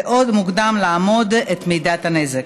ועוד מוקדם לאמוד את מידת הנזק.